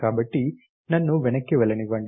కాబట్టి నన్ను వెనక్కి వెళ్లనివ్వండి